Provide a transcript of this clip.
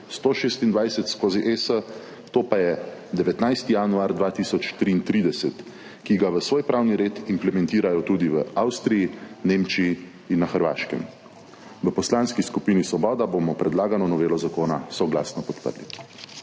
2006/126/ES, to pa je 19. januar 2033, ki ga v svoj pravni red implementirajo tudi v Avstriji, Nemčiji in na Hrvaškem. V Poslanski skupini Svoboda bomo predlagano novelo zakona soglasno podprli.